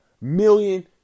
million